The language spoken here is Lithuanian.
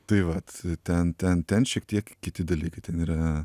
tai vat ten ten ten šiek tiek kiti dalykai ten yra